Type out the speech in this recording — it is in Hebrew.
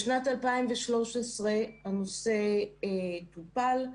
בשנת 2013 הנושא טופל,